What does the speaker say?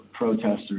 protesters